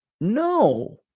No